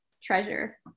treasure